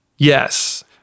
Yes